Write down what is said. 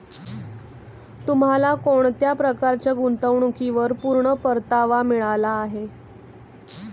तुम्हाला कोणत्या प्रकारच्या गुंतवणुकीवर पूर्ण परतावा मिळाला आहे